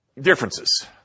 differences